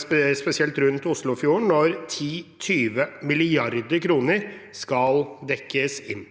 spesielt rundt Oslofjorden, når 10–20 mrd. kr skal dekkes inn.